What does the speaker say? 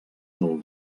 del